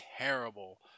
terrible